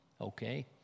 okay